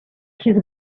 his